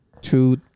Two